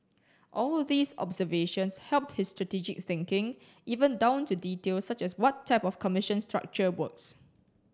all these observations helped his strategic thinking even down to details such as what type of commission structure works